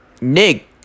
Nick